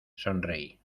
sonreí